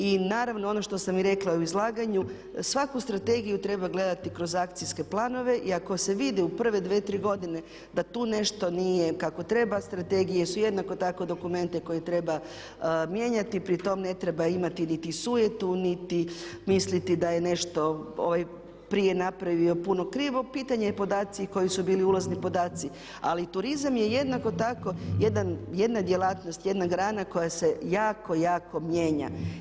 I naravno i ono što sam i rekla u izlaganju, svaku strategiju treba gledati kroz akcijske planove i ako se vidi u prve, dvije, tri godine da tu nešto nije kako treba, strategije su jednako tako dokumenti koje treba mijenjati, pri tom ne treba imati niti sujetu niti misliti da je nešto prije napravio puno krivo, pitanje je podaci koji su bili ulazni podaci, ali turizam je jednako tako jedna djelatnost, jedna grana koja se jako, jako mijenja.